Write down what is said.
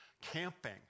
camping